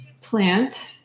plant